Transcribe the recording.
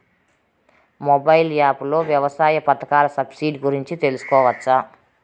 Mobile app లో వ్యవసాయ పథకాల సబ్సిడి గురించి తెలుసుకోవచ్చా?